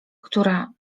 która